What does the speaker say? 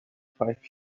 five